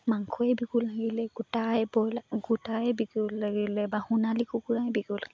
মাংসই বিকো লাগিলে গোটাই ব্ৰইলাৰ গোটাই বিকো লাগিলে বা সোণালী কুকুৰাই বিকো লাগে